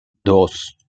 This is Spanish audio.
dos